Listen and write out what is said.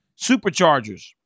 Superchargers